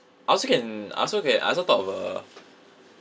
I also can I also can I also thought of a